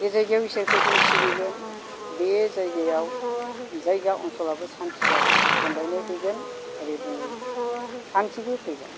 जे जायगायाव जों इसोरखौ सिबिगोन बे जायगायाव जायगा ओन्सोलाबो सान्ति जागोन अनलायनाय फैगोन आरो दिनै सान्तिबो फैगोन